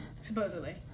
Supposedly